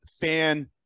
fan